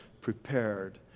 prepared